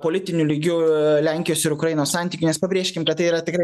politiniu lygiu lenkijos ir ukrainos santykių nes pabrėžkim kad tai yra tikrai